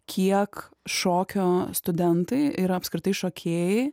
kiek šokio studentai ir apskritai šokėjai